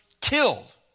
killed